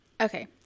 Okay